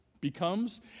becomes